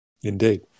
Indeed